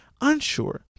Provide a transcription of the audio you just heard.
unsure